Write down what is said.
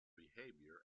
behaviour